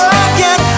again